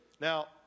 Now